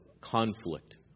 conflict